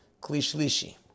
klishlishi